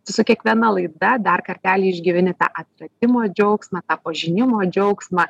tu su kiekviena laida dar kartelį išgyveni tą atradimo džiaugsmą tą pažinimo džiaugsmą